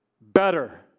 better